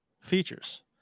features